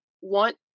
want